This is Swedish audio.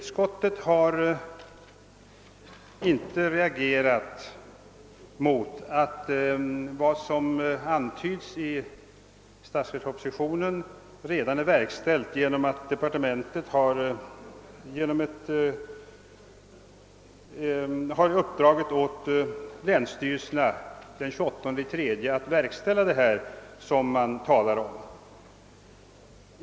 Utskottet har inte reagerat mot att vad som antyds i statsverkspropositionen redan är verkställt genom uppdraget från departementet åt länsstyrelserna den 28 mars.